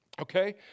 okay